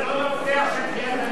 זה לא מפתח של תחיית המתים,